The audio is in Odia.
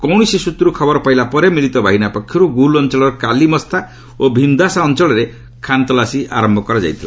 କୌଣସି ସ୍ୱତ୍ରରୁ ଖବର ପାଇଲା ପରେ ମିଳିତ ବାହିନୀ ପକ୍ଷରୁ ଗୁଲ୍ ଅଞ୍ଚଳର କାଲିମସ୍ତା ଓ ଭିମଦାସା ଅଞ୍ଚଳରେ ଖାନତଲାସୀ କରିଥିଲେ